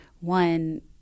one